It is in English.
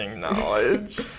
knowledge